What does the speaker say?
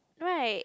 right